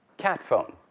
cat phone.